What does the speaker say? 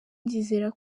ndizera